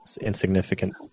insignificant